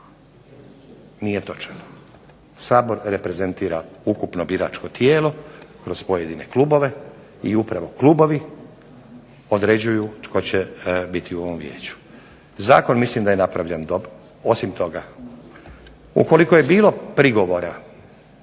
Nije točan. Sabor reprezentira ukupno biračko tijelo, kroz pojedine klubove, i upravo klubovi određuju tko će biti u ovom vijeću. Zakon mislim da je napravljen dobro, osim toga, ukoliko je bilo prigovora